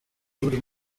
buri